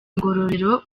ngororero